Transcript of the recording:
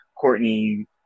Courtney